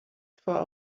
for